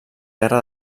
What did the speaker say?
guerra